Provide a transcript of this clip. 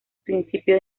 principio